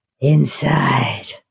Inside